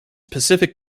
pacific